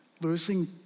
losing